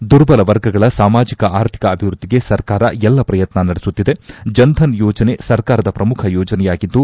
ದುರ್ಬಲ ವರ್ಗಗಳ ಸಾಮಾಜಿಕ ಆರ್ಥಿಕ ಅಭಿವೃದ್ದಿಗೆ ಸರ್ಕಾರ ಎಲ್ಲ ಪ್ರಯತ್ನ ನಡೆಸುತ್ತಿದೆ ಜನ್ ಧನ್ ಯೋಜನೆ ಸರ್ಕಾರದ ಪ್ರಮುಖ ಯೋಜನೆಯಾಗಿದ್ದು